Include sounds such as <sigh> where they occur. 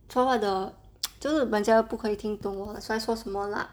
从我的 <noise> 就是人家不可以听懂我在说什么 lah